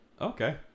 Okay